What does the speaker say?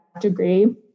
degree